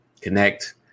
connect